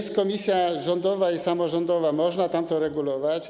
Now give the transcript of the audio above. Są komisje rządowa i samorządowa, można tam to regulować.